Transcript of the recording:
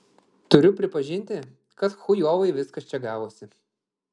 turiu pripažinti kad chujovai viskas čia gavosi